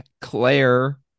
Claire